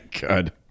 God